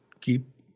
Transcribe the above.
Keep